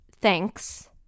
thanks